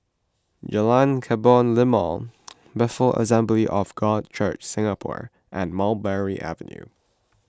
Jalan Kebun Limau Bethel Assembly of God Church Singapore and Mulberry Avenue